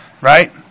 right